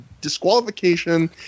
disqualification